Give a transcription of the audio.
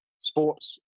Sports